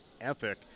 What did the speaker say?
ethic